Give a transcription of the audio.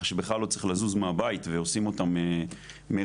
שלא צריך לזוז מהבית ועושים אותם מרחוק,